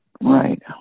Right